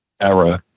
era